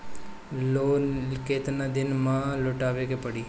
Loan केतना दिन में लौटावे के पड़ी?